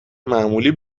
معمولی